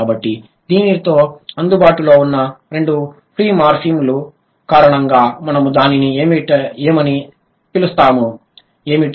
కాబట్టి దీనితో అందుబాటులో ఉన్న రెండు ఫ్రీ మార్ఫిమ్ల కారణంగా మనము దానిని ఏమని పిలుస్తాము ఏమిటి